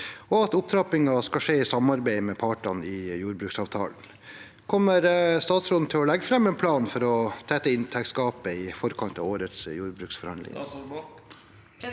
og at opptrappingen skal skje i samarbeid med partene i jordbruksavtalen. Kommer statsråden til å legge frem en plan for å tette inntektsgapet i forkant av årets jordbruksforhandlinger?»